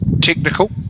technical